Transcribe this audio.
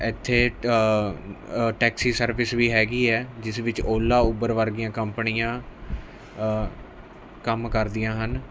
ਇੱਥੇ taxi service ਵੀ ਹੈਗੀ ਹੈ ਜਿਸ ਵਿੱਚ ਓਲਾ ਊਬਰ ਵਰਗੀਆਂ ਕੰਪਨੀਆਂ ਕੰਮ ਕਰਦੀਆਂ ਹਨ